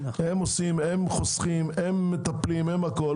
הם חוסכים, הם מטפלים, הם הכול.